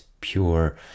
pure